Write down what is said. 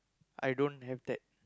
I don't have that